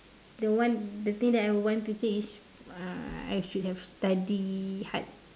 the one the thing that I would want to change is uh I should have study hard